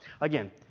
again